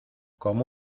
como